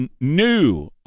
new